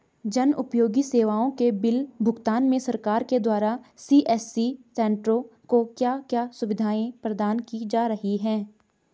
जन उपयोगी सेवाओं के बिल भुगतान में सरकार के द्वारा सी.एस.सी सेंट्रो को क्या क्या सुविधाएं प्रदान की जा रही हैं?